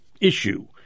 issue